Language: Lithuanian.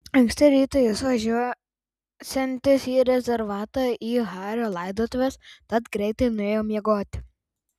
anksti rytą jis važiuosiantis į rezervatą į hario laidotuves tad greitai nuėjo miegoti